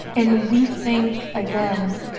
and we think again,